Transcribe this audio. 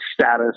status